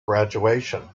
graduation